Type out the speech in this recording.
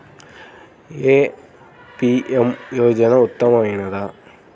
ఏ PM యోజన ఉత్తమమైనది?